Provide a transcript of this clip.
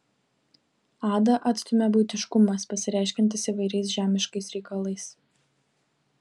adą atstumia buitiškumas pasireiškiantis įvairiais žemiškais reikalais